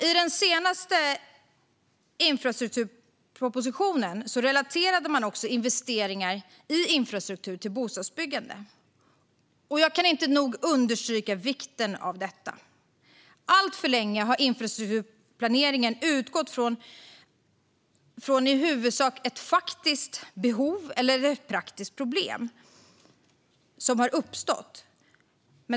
I den senaste infrastrukturpropositionen relaterade man också investeringar i infrastruktur till bostadsbyggande. Jag kan inte nog understryka vikten av detta. Alltför länge har infrastrukturplaneringen utgått från i huvudsak ett faktiskt behov eller ett praktiskt problem som har uppstått.